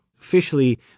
Officially